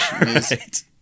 Right